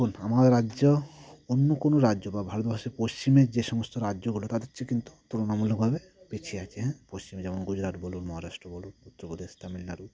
দেখুন আমাদের রাজ্য অন্য কোনো রাজ্য বা ভারতবর্ষের পশ্চিমের যে সমস্ত রাজ্যগুলো তাদের চেয়ে কিন্তু তুলনামূলকভাবে পিছিয়ে আছে হ্যাঁ পশ্চিমে যেমন গুজরাট বলুন মহারাষ্ট্র বলুন উত্তরপ্রদেশ তামিলনাড়ু